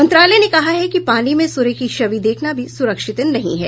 मंत्रालय ने कहा है कि पानी में सूर्य की छवि देखना भी सुरक्षित नहीं है